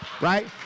Right